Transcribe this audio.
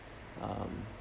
um